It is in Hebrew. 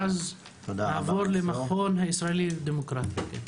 ואז נעבור למכון הישראלי לדמוקרטיה.